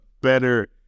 better